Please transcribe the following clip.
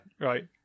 right